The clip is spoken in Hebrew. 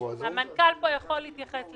המנכ"ל פה יכול להתייחס לזה.